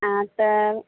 आता